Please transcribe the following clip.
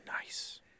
nice